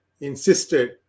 insisted